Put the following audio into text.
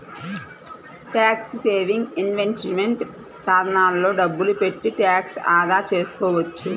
tax saving investment సాధనాల్లో డబ్బులు పెట్టి ట్యాక్స్ ఆదా చేసుకోవచ్చు